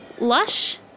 Lush